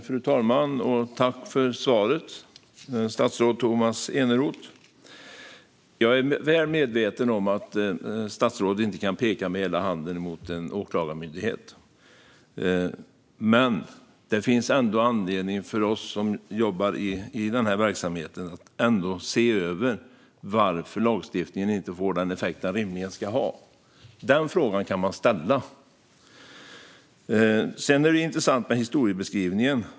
Fru talman! Tack för svaret, statsrådet Tomas Eneroth! Jag är väl medveten om att statsrådet inte kan peka med hela handen mot en åklagarmyndighet. Men det finns ändå anledning för oss som jobbar med denna verksamhet att se över varför lagstiftningen inte får den effekt den rimligen ska ha. Den frågan kan man ställa. Sedan är det intressant med historiebeskrivningen.